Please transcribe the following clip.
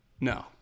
No